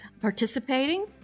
participating